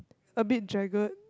a bit jagged